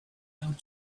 out